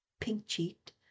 pink-cheeked